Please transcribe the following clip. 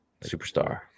Superstar